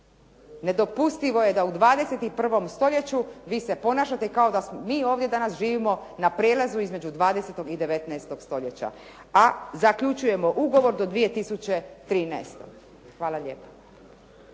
Nedopustivo je da u 21. stoljeću vi se ponašate kao da mi ovdje danas živimo na prijelazu između 20 i 19. stoljeća a zaključujemo ugovor do 2013. Hvala lijepa.